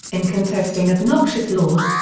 in contesting obnoxious laws,